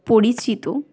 পরিচিত